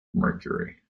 mercury